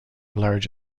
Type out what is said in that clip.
large